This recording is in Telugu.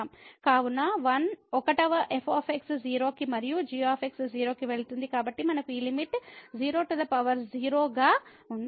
కావున 1 వ f 0 కి మరియు g 0 కి వెళుతుంది కాబట్టి మనకు ఈ లిమిట్ 00 గా ఉంది